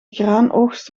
graanoogst